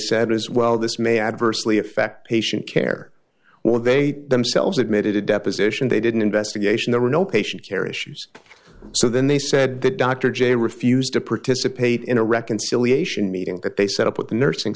said is well this may adversely affect patient care where they themselves admitted a deposition they did an investigation there were no patient care issues so then they said that dr j refused to participate in a reconciliation meeting that they set up with the nursing